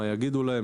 מה יגידו להם,